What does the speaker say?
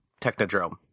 Technodrome